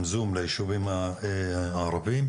עם זום ליישובים הערבים,